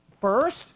first